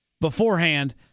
beforehand